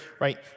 right